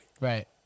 Right